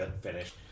finish